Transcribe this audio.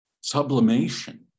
sublimation